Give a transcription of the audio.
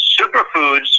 Superfoods